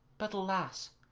but alas!